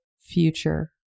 future